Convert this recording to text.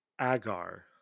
Agar